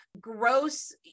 gross